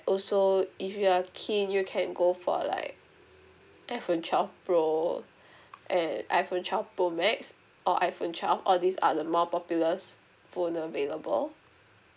also if you are keen you can go for like iPhone twelve pro and iPhone twelve pro max or iPhone twelve all these are the more popular phone available